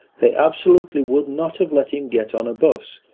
they absolutely would not have let him get on a bus,